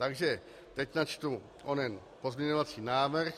Takže teď načtu onen pozměňovací návrh.